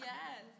Yes